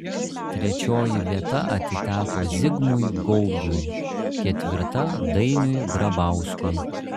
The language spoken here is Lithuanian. trečioji vieta atiteko zigmui gaubiui ketvirta dainiui grabauskui